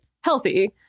healthy